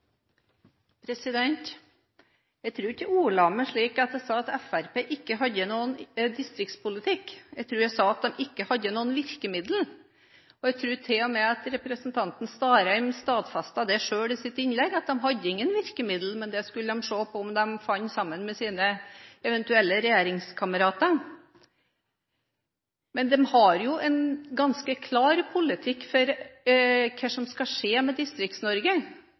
Jeg tror ikke jeg ordla meg slik at jeg sa at Fremskrittspartiet ikke har noen distriktspolitikk, jeg tror jeg sa at de ikke har noen virkemidler, og jeg tror til og med at representanten Starheim selv stadfestet i sitt innlegg at de ikke har noen virkemidler – men det skulle de finne sammen med sine eventuelle regjeringskamerater. Men de har jo en ganske klar politikk for hva som skal skje med